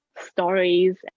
stories